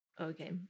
Okay